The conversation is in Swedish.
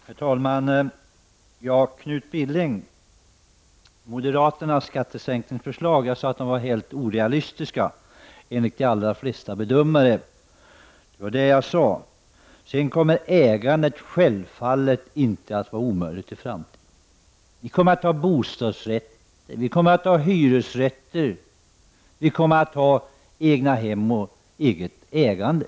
Herr talman! Jag sade att moderaternas skattesänkningsförslag var helt orealistiska enligt de allra flesta bedömare. Självfallet kommer enskilt ägande av bostäder inte att vara omöjligt i framtiden. Det kommer att finnas bostadsrätter, hyresrätter, egnahem och annat eget ägande.